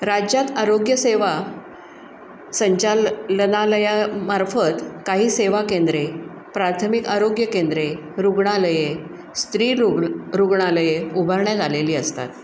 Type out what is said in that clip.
राज्यात आरोग्यसेवा संचालनालयामार्फत काही सेवा केंद्रे प्राथमिक आरोग्य केंद्रे रुग्णालये स्त्री रुग् रुग्णालये उभारण्यात आलेली असतात